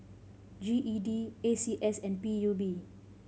G E D A C S and P U B